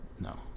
No